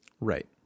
right